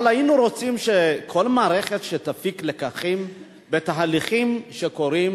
אבל היינו רוצים שכל מערכת תפיק לקחים מתהליכים שקורים,